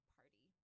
party